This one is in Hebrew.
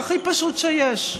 הכי פשוט שיש.